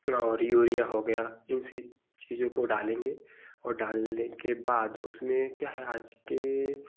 flower उड़िया हो गया इन सब चीज़ों को डालेंगे और डालने के बाद उसमें क्या है आज के